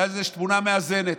ואז יש תמונה מאזנת.